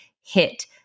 hit